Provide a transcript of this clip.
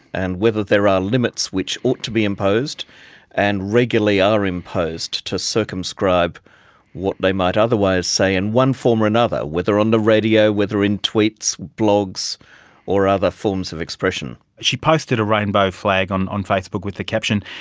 and whether there are limits which ought to be imposed and regularly are imposed to circumscribe what they might otherwise say in one form or another, whether on the radio, whether in tweets, blogs or other forms of expression. she posted a rainbow flag on on facebook with the caption,